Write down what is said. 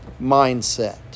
mindset